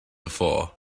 before